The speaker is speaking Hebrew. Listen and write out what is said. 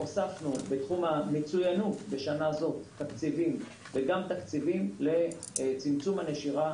הוספנו בתחום המצוינות ובתחום מניעה הנשירה